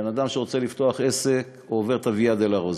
בן-אדם שרוצה לפתוח עסק עובר ויה-דולורוזה.